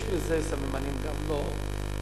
יש בזה גם סממנים לא נקיים,